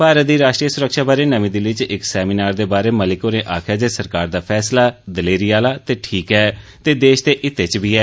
भारत दी राष्ट्रीय सुरक्षा बारै नमी दिल्ली च इक सैमिनार दे बाहरें मलिक होरें आक्खेया जे सरकार दा फैसला 'दलेरी आहला ते ठीक ऐ' ते देश दे हित्तै च बी ऐ